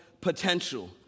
potential